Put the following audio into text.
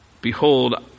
Behold